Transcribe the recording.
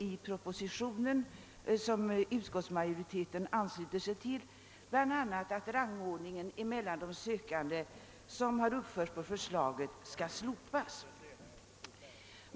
I propositionen, som utskottsmajoriteten ansluter sig till, föreslås bl.a. att rangordningen mellan de sökande som har uppförts på förslaget skall slopas.